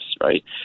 Right